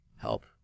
help